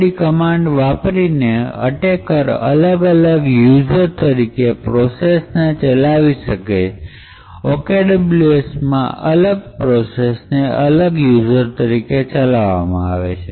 Setuid command વાપરીને attacker અલગ અલગ યુઝર તરીકે પ્રોસેસને ચલાવી શકે OKWS મા અલગ પ્રોસેસને અલગ યુઝર તરીકે ચલાવવામાં આવે છે